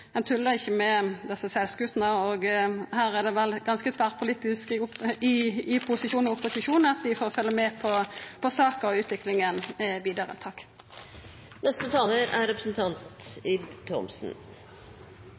Ein tullar ikkje med desse seglskutene. Her er det vel ganske tverrpolitisk semje – i posisjon og opposisjon – om at vi får følgja med på saka og utviklinga vidare. Jeg er